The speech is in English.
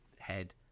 Head